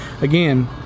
again